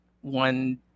one